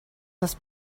das